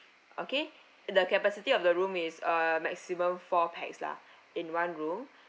okay the capacity of the room is uh maximum four pax lah in one room